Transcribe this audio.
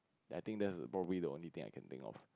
I think that's probably the only thing that I can think of